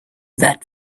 that